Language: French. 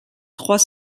trois